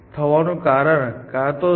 જો હું C માંથી C માં જાઉં તો ખર્ચ 0 હશે